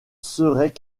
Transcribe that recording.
serait